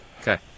Okay